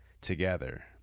together